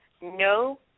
no